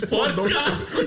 Podcast